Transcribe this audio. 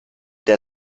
der